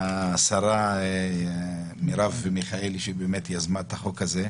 השרה מרב מיכאלי שיזמה את החוק הזה.